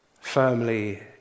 firmly